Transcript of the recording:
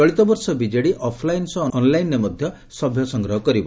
ଚଳିତବର୍ଷ BJD offline ସହ ଅନ୍ଲାଇନ୍ରେ ମଧ ସଭ୍ୟ ସଂଗ୍ରହ କରିବ